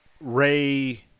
Ray